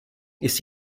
ist